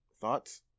Thoughts